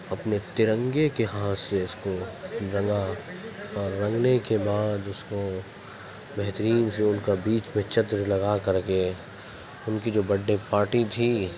اپنے ترنگے کے ہاتھ سے اس کو رنگا اور رنگنے کے بعد اس کو بہترین سے ان کا بیچ میں چتر لگا کر کے ان کی جو بڈ ڈے پارٹی تھی